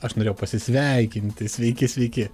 aš norėjau pasisveikinti sveiki sveiki